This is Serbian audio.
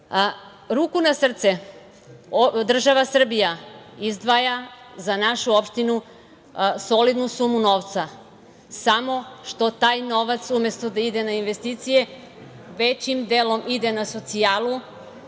sele. Ruku na srce, država Srbija izdvaja za našu opštinu solidnu sumu novca, samo što taj novac umesto da ide na investicije, većim delom ide na socijalu